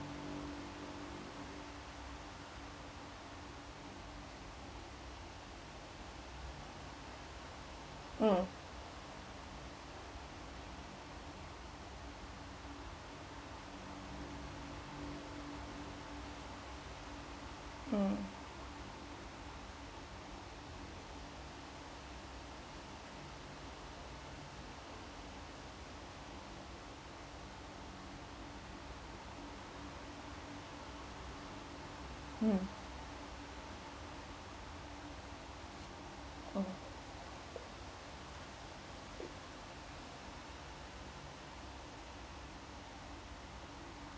mm mm mm mm